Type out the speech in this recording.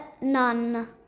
none